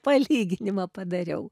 palyginimą padariau